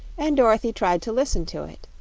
and dorothy tried to listen to it.